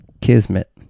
kismet